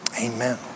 amen